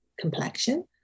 complexion